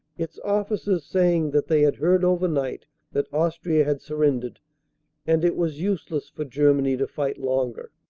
its officers saying that they had heard over night that austria had surrendered and it was use less for germany to fight longer.